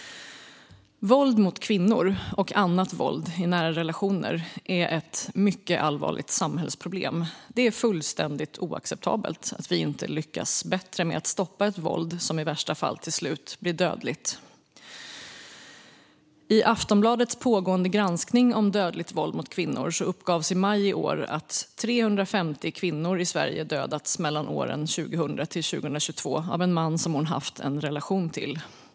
Våld mot kvinnor och annat våld i nära relationer är ett mycket allvarligt samhällsproblem. Det är fullständigt oacceptabelt att vi inte lyckas bättre med att stoppa ett våld som i värsta fall till slut blir dödligt. I Aftonbladets pågående granskning om dödligt våld mot kvinnor uppgavs i maj i år att 350 kvinnor i Sverige dödats mellan 2000 och 2022 av en man de haft en relation till.